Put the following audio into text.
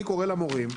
אני קורא למורים,